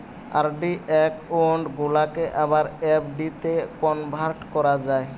RD account গুলাকে আবার এফ.ডিতে কনভার্ট করা যায়